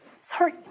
sorry